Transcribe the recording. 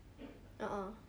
a'ah